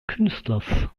künstlers